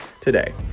today